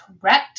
correct